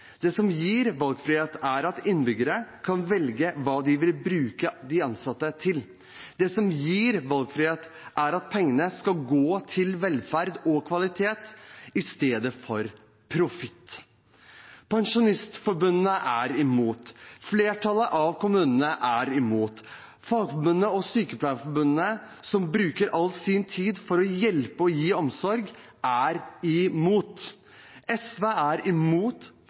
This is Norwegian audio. Det som gir valgfrihet, er at innbyggere kan velge hva de vil bruke de ansatte til. Det som gir valgfrihet, er at pengene skal gå til velferd og kvalitet i stedet for profitt. Pensjonistforbundet er imot, flertallet av kommunene er imot, Fagforbundet og Sykepleierforbundet, som bruker all sin tid på å hjelpe og gi omsorg, er imot. SV er imot